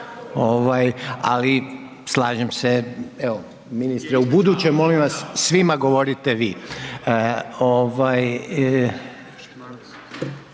ali slažem se, evo ministre ubuduće molim vas svima govorite „vi“.